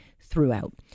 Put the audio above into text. throughout